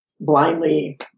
blindly